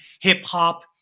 hip-hop